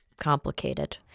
complicated